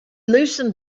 loosened